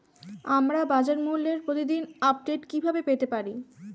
আমরা বাজারমূল্যের প্রতিদিন আপডেট কিভাবে পেতে পারি?